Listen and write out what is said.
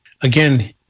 Again